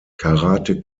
karate